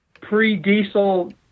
pre-diesel